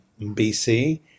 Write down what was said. bc